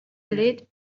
lit